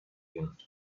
gehen